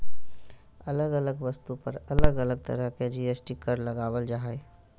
अलग अलग वस्तु पर अलग अलग तरह के जी.एस.टी कर लगावल जा हय